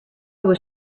was